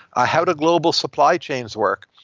ah how do global supply chains work?